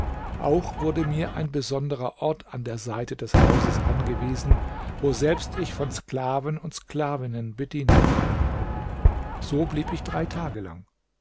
auch wurde mir ein besonderer ort an der seite des hauses angewiesen woselbst ich von sklaven und sklavinnen bedient wurde so blieb ich drei tage lang